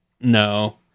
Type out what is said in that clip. no